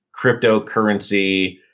cryptocurrency